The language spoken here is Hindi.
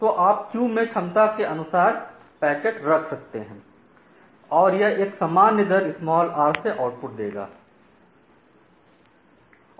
तो आप क्यू में क्षमता के अनुसार पैकेट रख सकते है और यह एक सामान दर r से आउट पुट देगा